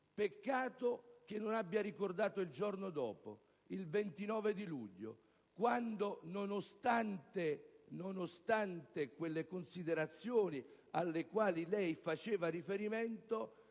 peccato che non abbia ricordato il giorno dopo, il 29 luglio, quando, nonostante le considerazioni alle quali lei faceva riferimento,